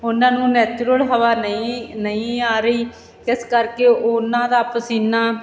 ਉਹਨਾਂ ਨੂੰ ਨੈਚੁਰਲ ਹਵਾ ਨਹੀਂ ਨਹੀਂ ਆ ਰਹੀ ਇਸ ਕਰਕੇ ਉਹਨਾਂ ਦਾ ਪਸੀਨਾ